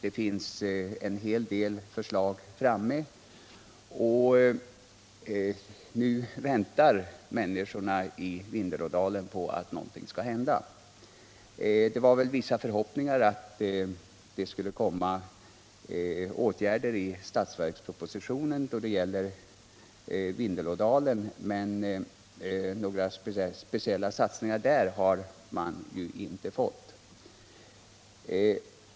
En hel del förslag har framlagts, och nu väntar människorna i Vindelådalen på att något skall hända. Man hade väl vissa förhoppningar om att förslag till åtgärder i Vindelådalen skulle komma i budgetpropositionen, men några speciella satsningar aviseras inte där.